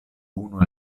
unu